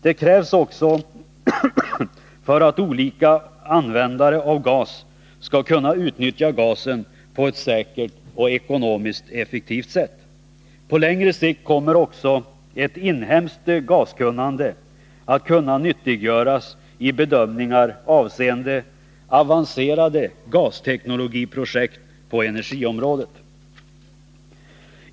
Det krävs också för att olika användare av gas skall kunna utnyttja gasen på ett säkert och ekonomiskt effektivt sätt. På längre sikt kommer också ett inhemskt gaskunnande att kunna nyttiggöras i bedömningar avseende avancerade gasteknologiprojekt på energiområdet.